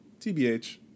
TBH